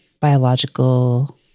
biological